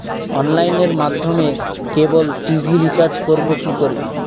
অনলাইনের মাধ্যমে cable TV recharge করব কি করে?